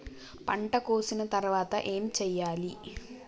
పంట కోసిన తర్వాత ఏం చెయ్యాలి?